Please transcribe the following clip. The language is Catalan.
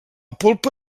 polpa